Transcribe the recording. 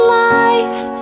life